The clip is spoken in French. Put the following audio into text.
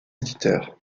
éditeurs